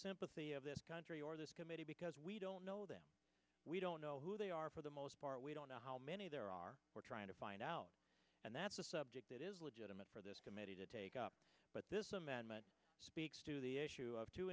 sympathy of this country or this committee because we don't know them we don't know who they are for the most part we don't know how many there are we're trying to find out and that's a subject that is legitimate for this committee to take up but this amendment speaks to the issue of two